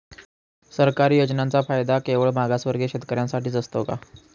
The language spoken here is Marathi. सरकारी योजनांचा फायदा केवळ मागासवर्गीय शेतकऱ्यांसाठीच असतो का?